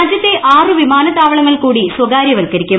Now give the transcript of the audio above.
രാജ്യത്തെ ആറു വിമാനത്താവളങ്ങൾ കൂടി സ്വകാര്യവത്കരിക്കും